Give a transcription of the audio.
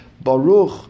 Baruch